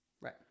Right